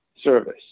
service